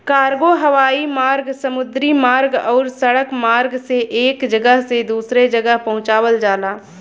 cargo हवाई मार्ग समुद्री मार्ग आउर सड़क मार्ग से एक जगह से दूसरे जगह पहुंचावल जाला